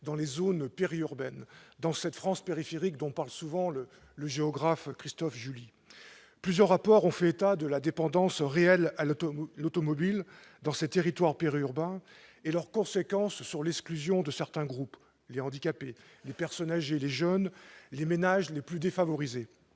dans les zones périurbaines, dans cette France périphérique dont parle souvent le géographe Christophe Guilluy. Plusieurs rapports ont fait état de la dépendance réelle à l'automobile dans ces territoires périurbains et de ses conséquences sur l'exclusion de certains groupes : les handicapés, les personnes âgées, les jeunes et les ménages les plus défavorisés.